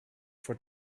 for